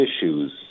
issues